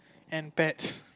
and pets